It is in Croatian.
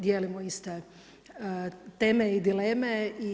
Dijelimo iste teme i dileme.